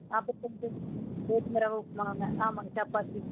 அப்புறம் கொஞ்சம் உப்புமா கோதுமை ரவை உப்புமாங்க ஆமாம்ங்க சப்பாத்தி